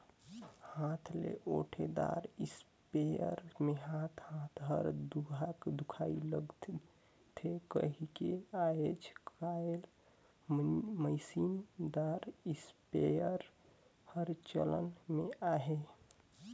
हाथ ले ओटे दार इस्पेयर मे हाथ हाथ हर दुखाए लगथे कहिके आएज काएल मसीन दार इस्पेयर हर चलन मे अहे